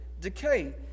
decay